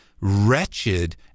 wretched